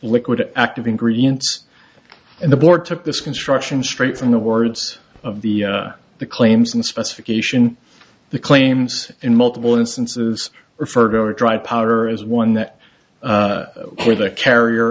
liquid active ingredients in the board took this construction straight from the words of the claims and specification the claims in multiple instances referred to a dry powder as one that with a carrier